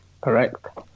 Correct